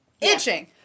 itching